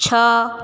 ଛଅ